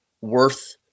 worth